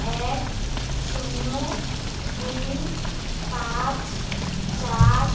এক শূন্য দুই পাঁচ চার